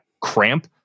cramp